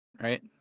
Right